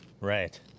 right